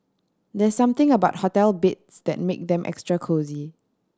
there something about hotel beds that make them extra cosy